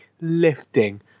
lifting